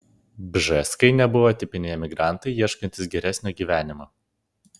bžeskai nebuvo tipiniai emigrantai ieškantys geresnio gyvenimo